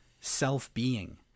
self-being